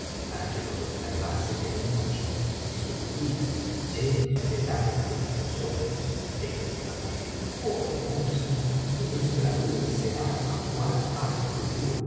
para que lo enterrasen en un hoyo y subhia henos de lágrimas los ojos exclamó olí mozha y nuestra dulce ama kuat